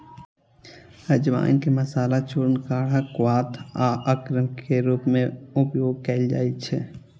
अजवाइन के मसाला, चूर्ण, काढ़ा, क्वाथ आ अर्क के रूप मे उपयोग कैल जाइ छै